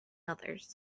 others